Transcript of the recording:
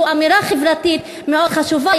שזו אמירה חברתית מאוד חשובה.